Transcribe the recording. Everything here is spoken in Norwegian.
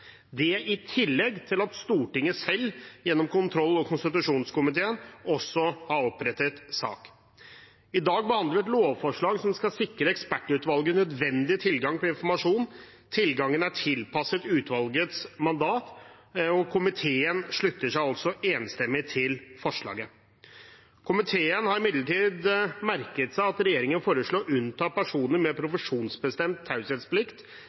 dette, i tillegg til at Stortinget selv, gjennom kontroll- og konstitusjonskomiteen, har opprettet sak. I dag behandler vi et lovforslag som skal sikre ekspertutvalget nødvendig tilgang til informasjon. Tilgangen er tilpasset utvalgets mandat, og komiteen slutter seg enstemmig til forslaget. Komiteen har imidlertid merket seg at regjeringen foreslår å unnta personer med profesjonsbestemt taushetsplikt,